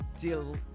deal